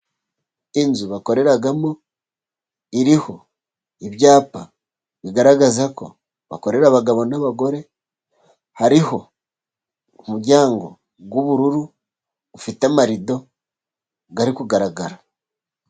Inzu bakoreramo, iriho ibyapa bigaragaza ko bakorera abagabo n'abagore, hariho umuryango w'ubururu ufite amarido ari kugaragara.